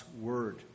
word